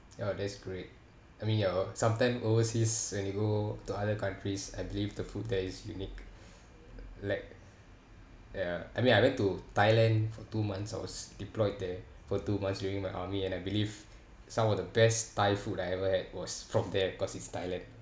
oh that's great I mean you're sometime overseas when you go to other countries I believe the food there is unique like ya I mean I went to thailand for two months I was deployed there for two months during my army and I believe some of the best thai food I ever had was from there cause it's thailand